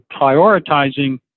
prioritizing